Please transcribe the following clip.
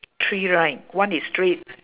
three right one is straight